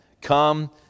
Come